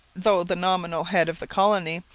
though the nominal head of the colony,